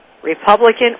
Republican